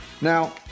Now